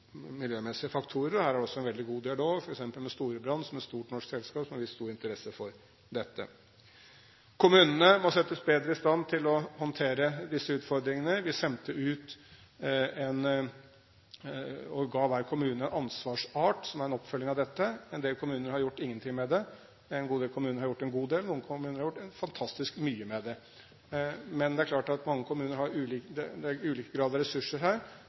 miljømessige faktorer. Her er det også en veldig god dialog, f.eks. med Storebrand, som er et stort norsk selskap som har vist stor interesse for dette. Kommunene må settes bedre i stand til å håndtere disse utfordringene. Vi ga hver kommune en ansvarsart som en oppfølging av dette. En del kommuner har ikke gjort noe med det, en god del kommuner har gjort en god del, og noen kommuner har gjort fantastisk mye med det. Men det er klart at det er ulik grad av ressurser her. Det å bygge opp miljøkompetansen i kommunene og å gjøre det